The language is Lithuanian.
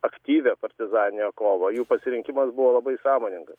aktyvią partizaninę kovą jų pasirinkimas buvo labai sąmoningas